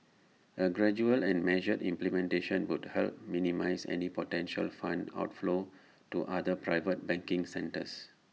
A gradual and measured implementation would help minimise any potential fund outflows to other private banking centres